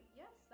yes